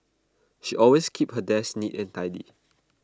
she always keeps her desk neat and tidy